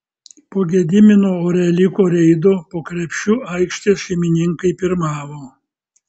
po gedimino oreliko reido po krepšiu aikštės šeimininkai pirmavo